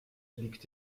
liegt